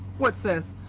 what's this?